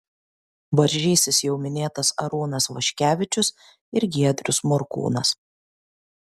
varžysis jau minėtas arūnas vaškevičius ir giedrius morkūnas